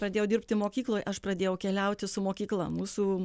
pradėjau dirbti mokykloj aš pradėjau keliauti su mokykla mūsų